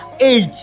eight